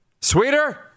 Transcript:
Sweeter